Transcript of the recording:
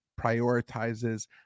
prioritizes